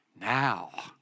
Now